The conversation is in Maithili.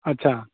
अच्छा